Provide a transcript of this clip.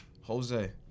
jose